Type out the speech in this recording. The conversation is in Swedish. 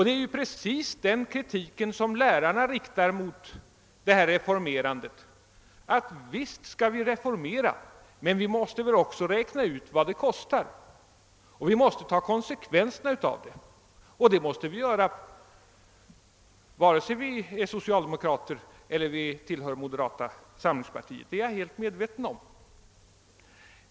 Det är ju just den kritik som lärarna riktar mot detta reformerande. Visst skall vi reformera, men vi måste väl också räkna ut vad det kostar och vi måste ta konsekvenserna av det. Det måste vi göra vare sig vi är socialdemokrater eller vi tillhör moderata samlingspartiet. Det är jag helt medveten om.